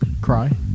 cry